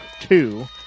two